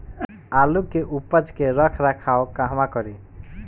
आलू के उपज के रख रखाव कहवा करी?